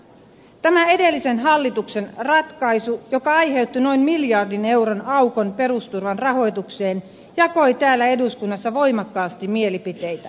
tämä edellisen hallituksen ratkaisu joka aiheutti noin miljardin euron aukon perusturvan rahoitukseen jakoi täällä eduskunnassa voimakkaasti mielipiteitä